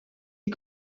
est